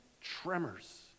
tremors